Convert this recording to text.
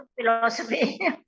philosophy